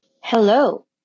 Hello